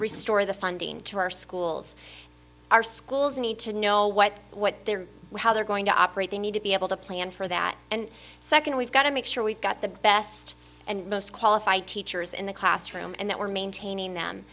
restore the funding to our schools our schools need to know what what they're how they're going to operate they need to be able to plan for that and second we've got to make sure we've got the best and most qualified teachers in the classroom and that we're maintaining them